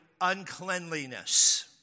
uncleanliness